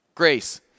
grace